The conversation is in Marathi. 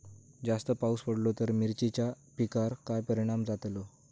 जास्त पाऊस पडलो तर मिरचीच्या पिकार काय परणाम जतालो?